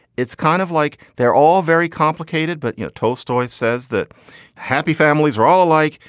it's kind of like they're all very complicated. but, you know, tolstoy says that happy families are all alike.